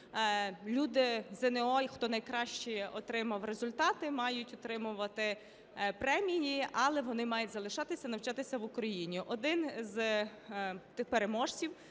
Люди… ЗНО, і хто найкращі отримав результати мають отримувати премії, але вони мають залишатися навчатися в Україні. Один з тих переможців